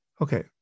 Okay